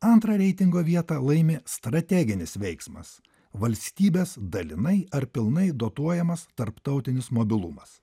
antrą reitingo vietą laimi strateginis veiksmas valstybės dalinai ar pilnai dotuojamas tarptautinis mobilumas